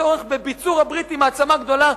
הצורך בביצור הברית עם מעצמה גדולה.